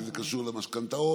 כי זה קשור למשכנתאות,